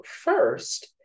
first